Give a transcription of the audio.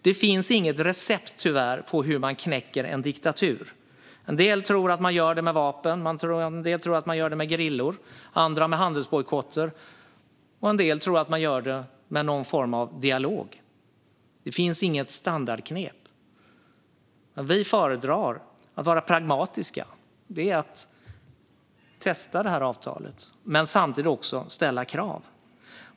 Det finns tyvärr inget recept på hur man knäcker en diktatur. En del tror att man gör det med vapen, en del tror att man gör det med gerillor, en del tror att man gör det med handelsbojkotter och en del tror att man gör det med någon form av dialog. Det finns inget standardknep. Vi föredrar att vara pragmatiska och testa detta avtal men samtidigt också ställa krav.